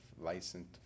licensed